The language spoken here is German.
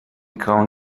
grauen